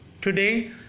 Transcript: Today